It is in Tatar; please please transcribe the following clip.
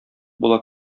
була